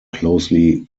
closely